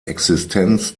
existenz